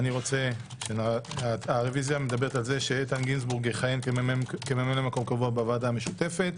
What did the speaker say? היא מדברת על זה שאיתן גינזבורג יכהן כממלא מקום בוועדה המשותפת.